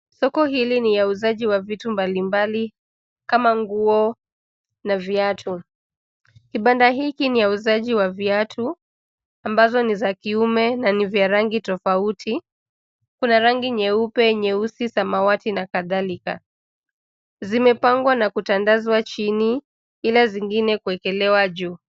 Soko hili ni ya uuzaji wa vitu mbalimbali kama nguo na viatu. Kibanda hiki ni ya uuzaji wa viatu, ambazo ni za kiume na ni vya rangi tofauti, kuna rangi nyeupe, nyeusi, samawati na kadhalika. Zimepangwa na kutandazwa chini ila zingine kuwekelewa juu.